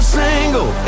single